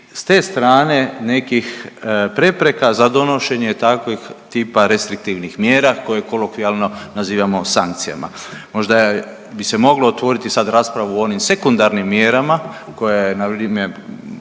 s te strane nekih prepreka za donošenje takvih tipa restriktivnih mjera koje kolokvijalno nazivamo sankcijama. Možda bi se moglo otvoriti sad raspravu o onim sekundarnim mjerama koje na primjer